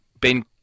Ben